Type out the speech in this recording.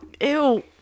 Ew